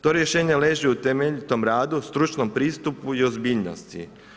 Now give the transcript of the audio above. To rješenje leži u temeljitom radu, stručnom pristupu i ozbiljnosti.